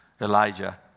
Elijah